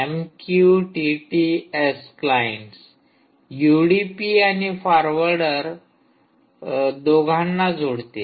MQTT S clients UDP आणि forwarder दोघांना जोडते